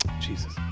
Jesus